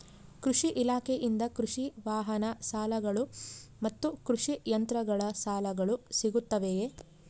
ಕೃಷಿ ಇಲಾಖೆಯಿಂದ ಕೃಷಿ ವಾಹನ ಸಾಲಗಳು ಮತ್ತು ಕೃಷಿ ಯಂತ್ರಗಳ ಸಾಲಗಳು ಸಿಗುತ್ತವೆಯೆ?